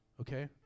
okay